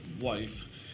wife